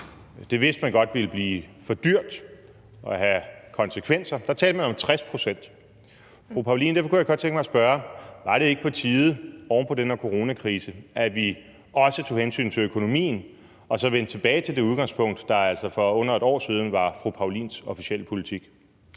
Det vidste man godt ville blive for dyrt og have konsekvenser. Der talte man om 60 pct. Derfor kunne jeg godt tænke mig at spørge fru Anne Paulin: Var det ikke på tide oven på den her coronakrise, at vi også tog hensyn til økonomien og så vendte tilbage til det udgangspunkt, der altså for under et år siden var Socialdemokratiets officielle politik?